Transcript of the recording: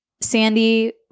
sandy